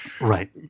Right